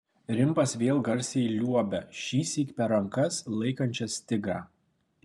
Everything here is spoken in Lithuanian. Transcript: rimbas vėl garsiai liuobia šįsyk per rankas laikančias tigrą